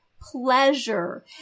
pleasure